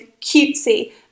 cutesy